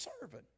serving